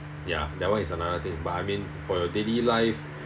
ya that one is another thing but I mean for your daily life